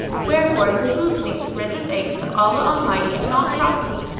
wherefore it behoveth thee to render thanks to allah almighty and not cross me,